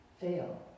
fail